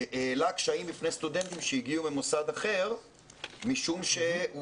העלה קשיים בפני סטודנטים שהגיעו ממוסד אחר משום שהוא